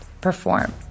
perform